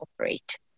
operate